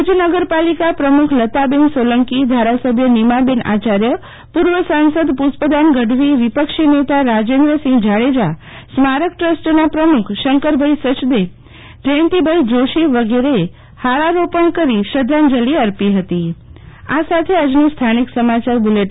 ભુજ નગરપાલિકા પ્રમુખ લતાબેન સોલંકી ધારાસભ્ય નીમાબેન આચાર્ય પૂર્વ સાંસદ પુષ્પદાન ગઢવી વિપક્ષી નેતા રાજેન્દ્રસિંહ જાડેજા સ્મારક ટ્રસ્ટના પ્રમુખ શંકરભાઈ સચદે જયંતીભાઈ જોશી વગેરેએ ફારારોપણ કરી શ્રદ્ધાંજલિ અર્પી ફતી